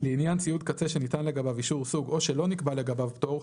(ב)לעניין ציוד קצה שניתן לגביו אישור סוג או שלא נקבע לגביו פטור,